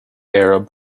arab